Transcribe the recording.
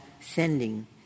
sending